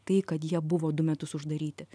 tai kad jie buvo du metus uždaryti